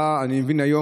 ואני מבין שאתה,